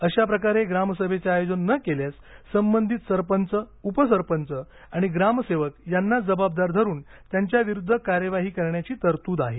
अशाप्रकारे ग्रामसभेचे आयोजन न केल्यास संबंधित सरपंच उपसरपंच आणि ग्रामसेवक यांना जबाबदार धरून त्यांच्याविरुद्व कार्यवाही करण्याची तरतूद आहे